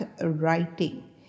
writing